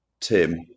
Tim